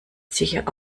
sicherlich